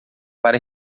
para